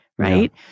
right